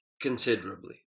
considerably